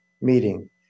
meeting